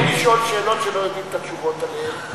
לשאול שאלות שלא יודעים את התשובות עליהן.